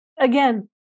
again